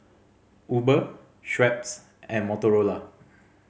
Uber Schweppes and Motorola